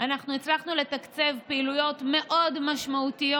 הצלחנו לתקצב פעילויות מאוד משמעותיות,